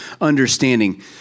understanding